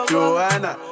Joanna